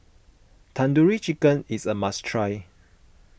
Tandoori Chicken is a must try